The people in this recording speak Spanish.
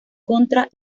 contra